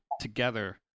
together